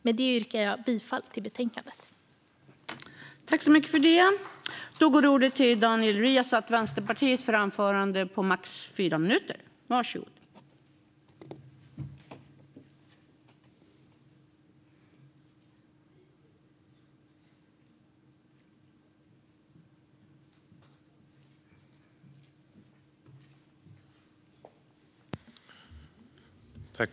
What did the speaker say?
Med detta yrkar jag bifall till utskottets förslag.